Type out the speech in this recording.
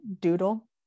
doodle